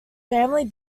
family